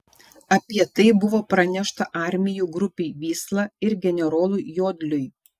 apie tai buvo pranešta armijų grupei vysla ir generolui jodliui